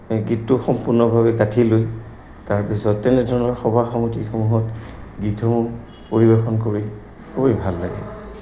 গীতটো সম্পূৰ্ণভাৱে লৈ তাৰপিছত তেনেধৰণৰ সভা সমিতিসমূহত গীতসমূহ পৰিৱেশন কৰি খুবেই ভাল লাগে